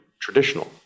traditional